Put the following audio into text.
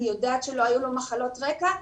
אני יודעת שלא היו לו מחלות רקע,